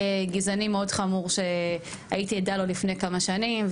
גזעני מאוד חמור שהייתי עדה לו לפני כמה שנים,